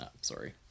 sorry